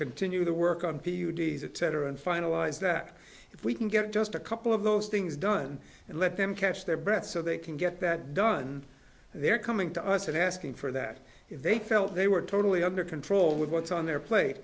continue the work on p u d s the tenor and finalize that if we can get just a couple of those things done and let them catch their breath so they can get that done they're coming to us and asking for that if they felt they were totally under control with what's on their plate